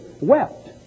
wept